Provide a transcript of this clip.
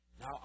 Now